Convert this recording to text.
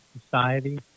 society